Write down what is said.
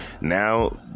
Now